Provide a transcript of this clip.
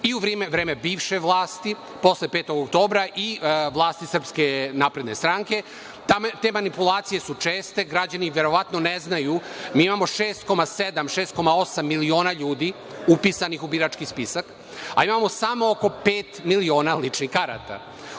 i u vreme bivše vlasti, posle 5. oktobra i vlasti SNS te manipulacije su česte. Građani verovatno ne znaju, mi imamo 6,7, 6,8 miliona ljudi upisanih u birački spisak, a imamo samo oko pet miliona ličnih karata.